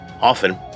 Often